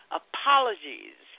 apologies